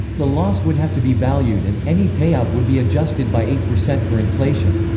the loss would have to be valued and, any payout would be adjusted by eight percent for inflation.